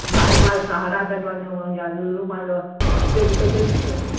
हा सहारागंज वञो या लूलू मॉल हुते बि हुते बि